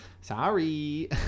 sorry